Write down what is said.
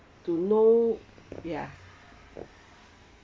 to know ya